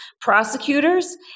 prosecutors